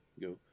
Go